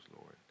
Lord